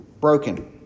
broken